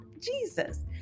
Jesus